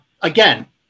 Again